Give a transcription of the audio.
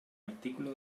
artículo